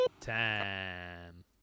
time